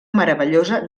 meravellosa